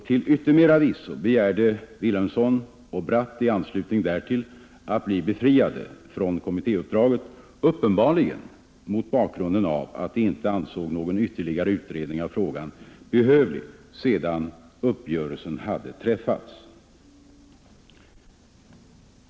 Till yttermera visso begärde Vilhelmsson och Bratt i anslutning därtill att bli befriade från kommittéuppdraget, uppenbarligen därför att de inte ansåg någon ytterligare utredning av frågan behövlig sedan uppgörelsen hade träffats.